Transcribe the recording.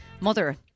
Mother